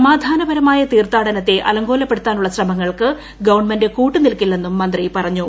സമാധാനപരമായ തീർത്ഥാടനത്തെ അലങ്കോലപ്പെടുത്താനുള്ള ശ്രമങ്ങൾക്ക് ഗവൺമൻ്റ്കൂട്ടുനിൽക്കില്ലെന്നു മന്ത്രി പറഞ്ഞു